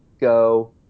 go